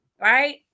Right